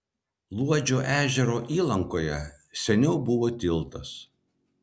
luodžio ežero įlankoje seniau buvo tiltas